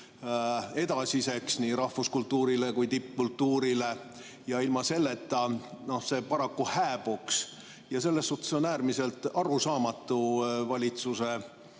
edasiseks nii rahvuskultuurile kui ka tippkultuurile, ilma selleta see paraku hääbuks. Selles suhtes on äärmiselt arusaamatu, et valitsus